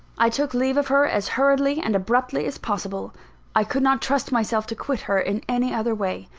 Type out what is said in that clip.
i took leave of her as hurriedly and abruptly as possible i could not trust myself to quit her in any other way.